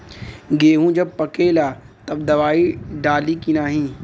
गेहूँ जब पकेला तब दवाई डाली की नाही?